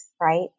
right